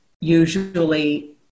usually